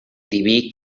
diví